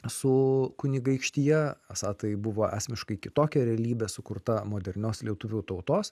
su kunigaikštija esą tai buvo esmiškai kitokia realybė sukurta modernios lietuvių tautos